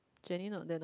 Jenny not there now